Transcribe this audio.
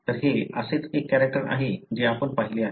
तर हे असेच एक कॅरेक्टर आहे जे आपण पाहिले आहे